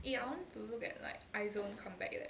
eh I want to look at like Izone comeback leh